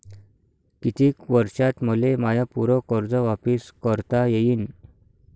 कितीक वर्षात मले माय पूर कर्ज वापिस करता येईन?